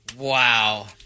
Wow